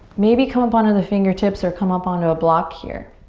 maybe come up onto the fingertips, or come up onto a block here.